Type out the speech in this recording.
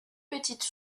petite